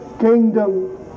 kingdom